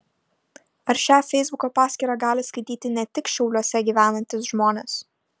ar šią feisbuko paskyrą gali skaityti ne tik šiauliuose gyvenantys žmonės